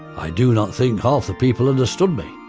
i do not think half the people understood me,